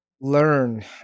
learn